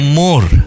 more